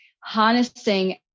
harnessing